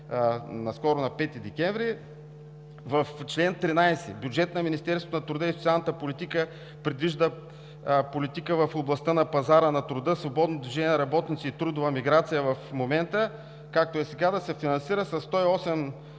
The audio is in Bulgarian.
приехме на 5 декември 2019 г., чл. 14 – Бюджет на Министерството на труда и социалната политика, предвижда „Политика в областта на пазара на труда, свободно движение на работници и трудова миграция“ в момента, както е сега, да се финансира със 108